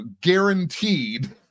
guaranteed